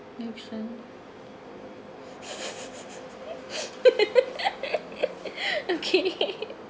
make sense okay